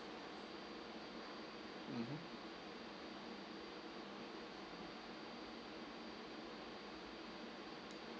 mmhmm